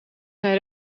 zijn